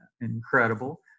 incredible